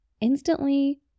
instantly